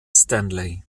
stanley